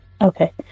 Okay